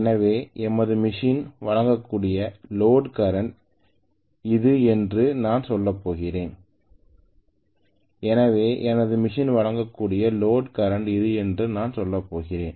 எனவே எனது மெசின் வழங்கக்கூடிய லோடு கரன்ட் இது என்று நான் சொல்லப் போகிறேன்எனவே எனது மெசின் வழங்கக்கூடிய லோடு கரன்ட் இது என்று நான் சொல்லப் போகிறேன்